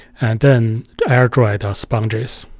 and then air dry the sponges.